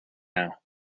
now